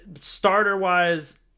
starter-wise